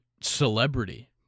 celebrity